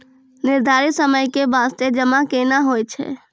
निर्धारित समय के बास्ते जमा केना होय छै?